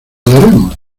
daremos